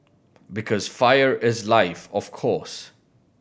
because fire is life of course